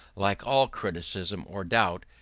like all criticism or doubt,